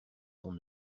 son